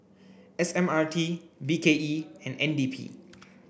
S M R T B K E and N D P